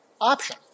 option